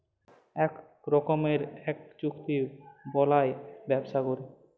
ইক রকমের ইক চুক্তি বালায় ব্যবসা ক্যরে